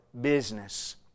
business